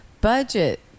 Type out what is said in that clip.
budget